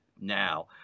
now